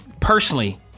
personally